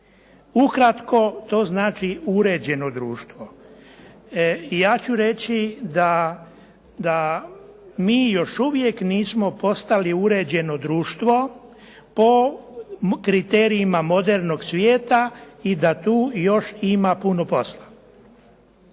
Ukratko, to znači uređeno društvo. Ja ću reći da mi još uvijek nismo postali uređeno društvo po kriterijima modernog svijeta i da tu još ima puno posla.